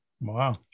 Wow